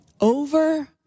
over